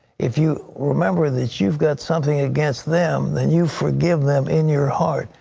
if you remember that you've got something against them, then you forgive them in your heart.